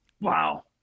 Wow